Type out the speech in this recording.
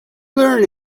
learn